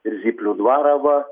ir zyplių dvarą va